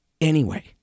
Anyway-